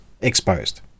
exposed